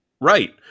Right